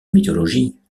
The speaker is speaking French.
mythologie